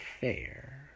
fair